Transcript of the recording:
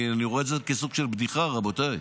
אני רואה את זה כסוג של בדיחה, רבותיי.